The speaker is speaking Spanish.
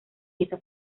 hizo